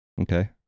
Okay